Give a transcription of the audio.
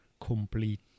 complete